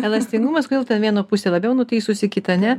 elastingumas kodėl ten viena pusė labiau nutįsusi kita ne